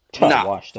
Nah